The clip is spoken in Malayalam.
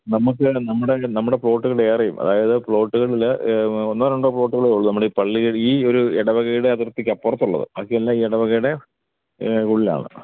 നമുക്ക് നമ്മുടെ നമ്മുടെ പ്ലോട്ടുകൾ ഏറെയും അതായത് പ്ലോട്ടുകളിൽ ഒന്നോ രണ്ടോ പ്ലോട്ടുകളെ ഉള്ളൂ നമ്മുടെയി പള്ളിയിൽ ഈ ഒരു ഇടവകയുടെ അതിർത്തിക്ക് അപ്പുറത്തുള്ളത് ബാക്കിയെല്ലാം ഈ ഇടവകേടെ ഉള്ളിലാണ്